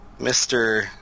Mr